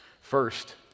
first